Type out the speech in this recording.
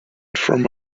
from